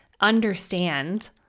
understand